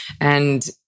And-